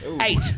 Eight